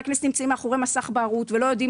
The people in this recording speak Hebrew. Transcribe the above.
חברי הכנסת נמצאים מאחורי מסך בערות ולא יודעים